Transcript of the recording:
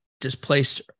displaced